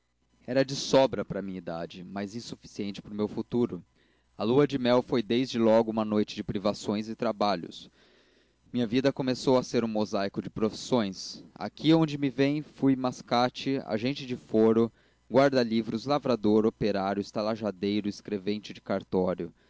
era de sobra para a minha idade mas insuficiente para o meu futuro a lua-de-mel foi desde logo uma noite de privações e trabalhos minha vida começou a ser um mosaico de profissões aqui onde me vêem fui mascate agente do foro guarda-livros lavrador operário estalajadeiro escrevente de cartório